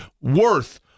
worth